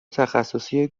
تخصصی